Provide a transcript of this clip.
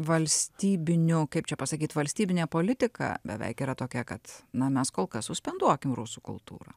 valstybinio kaip čia pasakyt valstybinę politiką beveik yra tokia kad na mes kol kas suspenduokim rusų kultūrą